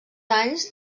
anys